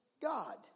God